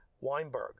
Weinberg